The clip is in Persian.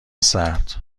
سرد